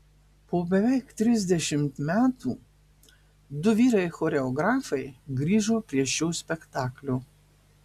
po beveik trisdešimt metų du vyrai choreografai grįžo prie šio spektaklio